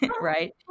Right